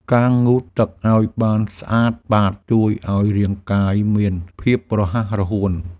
ការងូតទឹកឱ្យបានស្អាតបាត ជួយឱ្យរាងកាយមានភាពរហ័សរហួន។